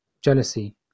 jealousy